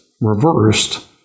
reversed